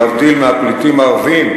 להבדיל מהפליטים הערבים,